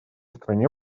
стране